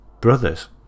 brothers